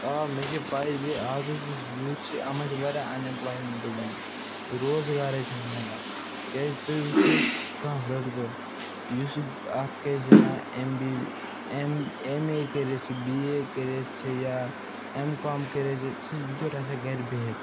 آ مےٚ چھِ پَے زِ آز حظ یُس یوٗتھ چھِ اَتھ منٛز چھِ واریاہ اَن اٮ۪مپلایمٮ۪نٛٹ گٔمٕژ روزگارٕے چھَنہٕ میلان کیٛازِ تُہۍ وٕچھوُن کانٛہہ لٔڑکہٕ یُسہٕ اَتھ کیٛاہ چھِ نہ M B M M A کٔرِتھ چھِ بی اے کٔرِتھ چھِ یا ایم کام کٔرِتھ چھِ سُہ چھِ بِچور آسان گَرِ بِہِتھ